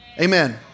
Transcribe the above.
Amen